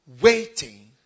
waiting